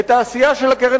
את העשייה של הקרן,